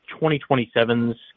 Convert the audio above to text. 2027's